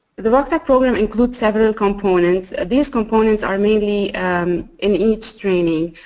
the voctec program includes several components. these components are mainly in each training.